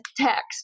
text